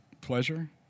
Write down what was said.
pleasure